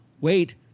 wait